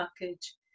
package